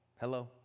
hello